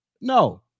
No